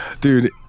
Dude